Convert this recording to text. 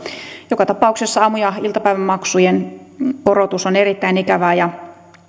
joka tapauksessa aamu ja iltapäivämaksujen korotus on erittäin ikävää ja